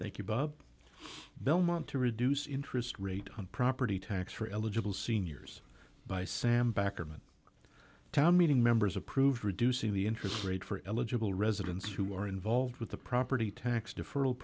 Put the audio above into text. thank you bob belmont to reduce interest rate on property tax for eligible seniors by sam bakker meant the town meeting members approved reducing the interest rate for eligible residents who are involved with the property tax deferr